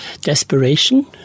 desperation